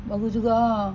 bagus juga ah